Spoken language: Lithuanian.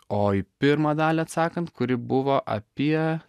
o į pirmą dalį atsakant kuri buvo apie